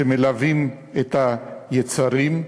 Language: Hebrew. שמלבים את היצרים.